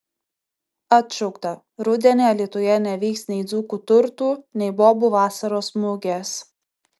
atšaukta rudenį alytuje nevyks nei dzūkų turtų nei bobų vasaros mugės